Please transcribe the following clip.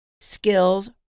skills